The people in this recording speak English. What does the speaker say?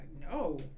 no